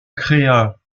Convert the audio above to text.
créa